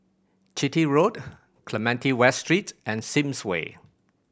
Chitty Road Clementi West Street and Sims Way